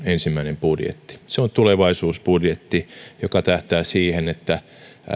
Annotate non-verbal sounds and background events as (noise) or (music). (unintelligible) ensimmäinen budjetti se on tulevaisuusbudjetti joka tähtää siihen että